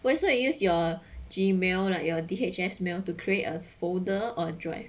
why so you use your gmail like your D_H_S mail to create a folder or drive